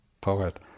poet